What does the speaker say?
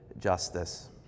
justice